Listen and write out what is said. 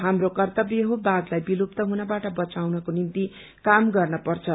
हाम्रो कर्तव्य हो बाथलाइ विलुप्त हुनगबाट बचाउनको निम्ति काम गर्न पछं